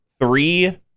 three